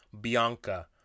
bianca